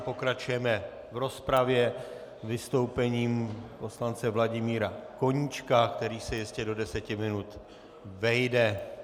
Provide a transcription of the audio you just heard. Pokračujeme v rozpravě vystoupením poslance Vladimíra Koníčka, který se jistě do deseti minut vejde.